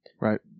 Right